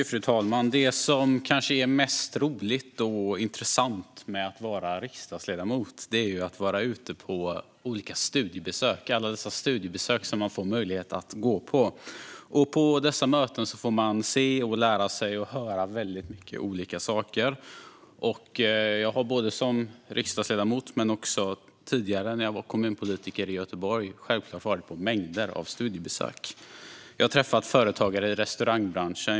Fru talman! Det som kanske är mest roligt och intressant med att vara riksdagsledamot är att vara ute på alla dessa studiebesök som man får möjlighet att gå på. På dessa möten får man se, lära sig och höra väldigt många olika saker. Jag har både som riksdagsledamot och tidigare som kommunpolitiker i Göteborg självklart varit på mängder av studiebesök. Jag har träffat företagare i restaurangbranschen.